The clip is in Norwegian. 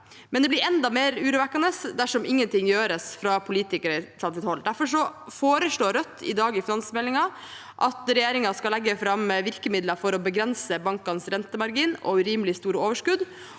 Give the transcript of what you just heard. men det blir enda mer urovekkende dersom ingenting gjøres fra politikerhold. Derfor foreslår Rødt i dag i forbindelse med finansmeldingen at regjeringen skal legge fram virkemidler for å begrense bankenes rentemargin og urimelig store overskudd,